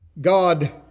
God